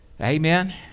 Amen